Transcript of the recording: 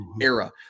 era